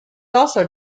also